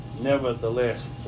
Nevertheless